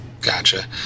Gotcha